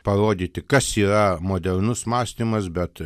parodyti kas yra modernus mąstymas bet